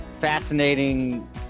fascinating